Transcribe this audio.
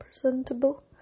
presentable